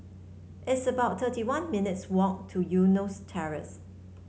it's about thirty one minutes' walk to Eunos Terrace